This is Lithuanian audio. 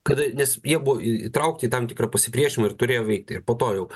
kada nes jie buvo į įtraukti į tam tikrą pasipriešinimą ir turėjo veikti ir po to jau